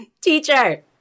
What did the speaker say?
teacher